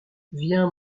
viens